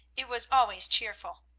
it was always cheerful.